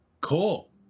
Cool